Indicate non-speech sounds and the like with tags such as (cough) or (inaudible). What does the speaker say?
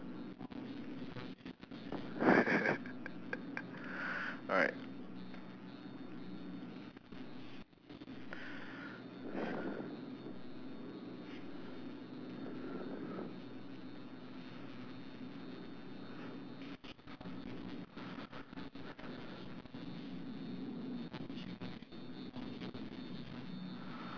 (laughs) alright